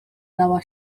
lała